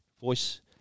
voice